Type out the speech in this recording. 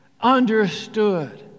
understood